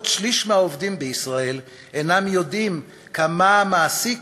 שליש מהעובדים בישראל אינם יודעים כמה המעסיק